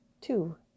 Two